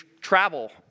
travel